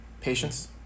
Patience